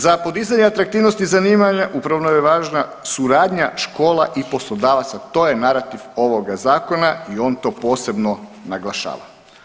Za podizanje atraktivnosti zanimanja upravo je važna suradnja škola i poslodavaca, to je narativ ovoga zakona i on to posebno naglašava.